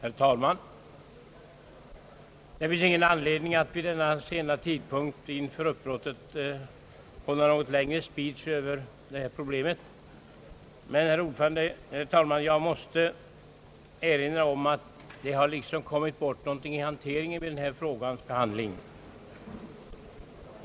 Herr talman! Det finns ingen anledning att vid denna sena tidpunkt inför uppbrottet hålla något längre »speech» över detta problem. Jag måste dock erinra om att något har liksom kommit bort i hanteringen vid frågans behandling.